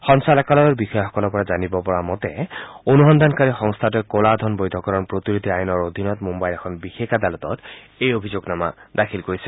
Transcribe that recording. সঞ্চালকালয়ৰ বিষয়াসকলৰ পৰা জানিব পৰা মতে অনুসন্ধানকাৰী সংস্থাটোৱে ক'লা ধন বৈধকৰণ প্ৰতিৰোধী আইনৰ অধীনত মূম্বাইৰ এখন বিশেষ আদালতত অভিযোগনামা দাখিল কৰিছে